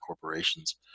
corporations